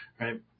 right